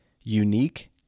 unique